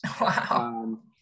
Wow